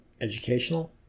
educational